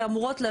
שאמורות,